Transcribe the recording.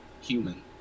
human